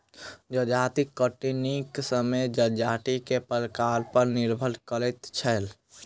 जजाति कटनीक समय जजाति के प्रकार पर निर्भर करैत छै